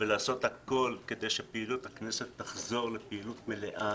ולעשות הכול כדי שהכנסת תחזור לפעילות מלאה